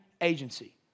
agency